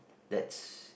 that's